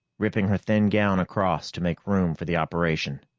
ripping her thin gown across to make room for the operation.